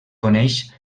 coneix